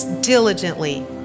diligently